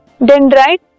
dendrite